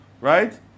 right